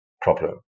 problem